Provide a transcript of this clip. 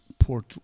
port